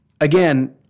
again